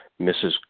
Mrs